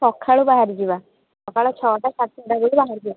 ସକାଳୁ ବାହାରିଯିବା ସକାଳ ଛଅଟା ସାଢ଼େ ଛଅଟାରୁ ବାହାରି ଯିବା